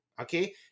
Okay